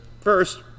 First